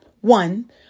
one